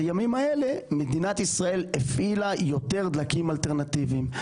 בימים האלה מדינת ישראל הפעילה יותר דלקים אלטרנטיביים.